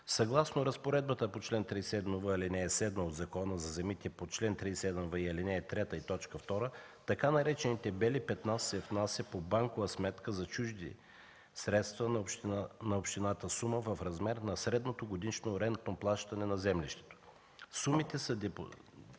от Закона за земите, по чл. 37в, ал. 3, т. 2, така наречените „бели петна”, се внася по банкова сметка за чужди средства на общината сума в размер на средното годишно рентно плащане на землището. Сумите са